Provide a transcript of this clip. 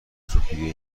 سوختگی